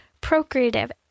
procreative